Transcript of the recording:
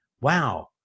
wow